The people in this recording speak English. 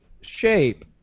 shape